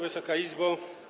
Wysoka Izbo!